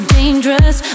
dangerous